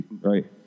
Right